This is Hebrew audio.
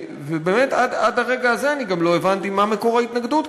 ובאמת עד הרגע הזה אני גם לא הבנתי מה מקור ההתנגדות,